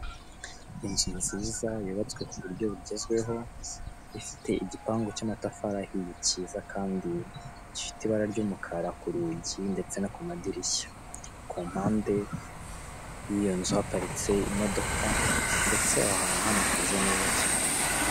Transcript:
Inzu nziza yubatswe kuburyo bugenzweho, ifite igipangu cy'amatafari ahiye kiza kandi gifite ibara ry'umukara ku rugi ndetse no ku madirishya. Ku mpande y'iyo nzu haparitse imodoka ndetse aho hantu hanakoze neza cyane.